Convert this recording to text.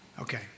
Okay